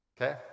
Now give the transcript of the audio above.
okay